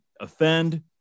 offend